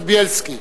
חבר הכנסת בילסקי.